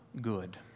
good